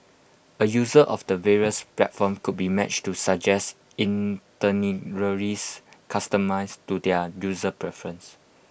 A user of the various platforms could be matched to suggested itineraries customised to their user preference